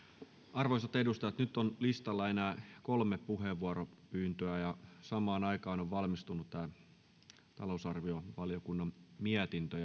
arvoisat edustajat nyt on listalla enää kolme puheenvuoropyyntöä samaan aikaan on valmistunut tämä talousvaliokunnan mietintö